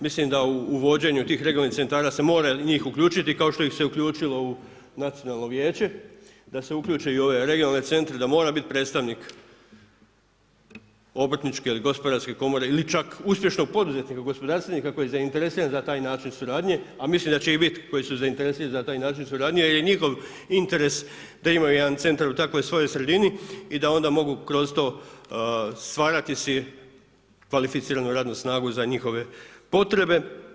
Mislim da u vođenju tih regionalnih centara se mora njih uključiti kao što ih se uključilo na Nacionalno vijeće da se uključe i u ove regionalne centre da mora biti predstavnik obrtničke ili gospodarske komore ili čak uspješnog poduzetnika, gospodarstvenika koji je zainteresiran za taj način suradnje a mislim da će ih biti koji su zainteresirani za taj način suradnje jer je njihov interes da imaju jedan centar u takvoj svojoj sredini i da onda mogu kroz to stvarati si kvalificiranu radnu snagu za njihove potrebe.